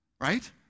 right